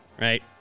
right